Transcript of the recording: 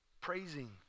Praising